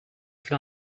for